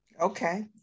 Okay